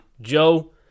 Joe